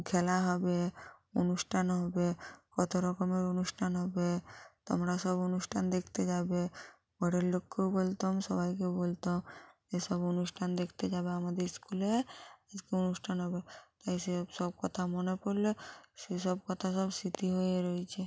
খেলা হবে অনুষ্ঠান হবে কতো রকমের অনুষ্ঠান হবে তোমরা সব অনুষ্ঠান দেখতে যাবে ঘরের লোককেও বলতাম সবাইকে বলতাম এসব অনুষ্ঠান দেখতে যাবে আমদের স্কুলে আজকে অনুষ্ঠান হবে তাই সেসব সব কথা মনে পড়লে সেসব কথা সব স্মৃতি হয়ে রয়েছে